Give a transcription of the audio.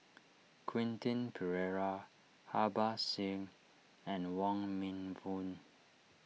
Quentin Pereira Harbans Singh and Wong Meng Voon